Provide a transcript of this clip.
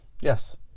Yes